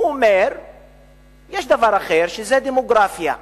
הוא אומר שיש דבר אחר, שזה דמוגרפיה.